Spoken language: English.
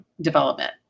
development